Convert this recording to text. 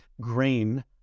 grain